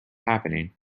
happening